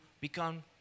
become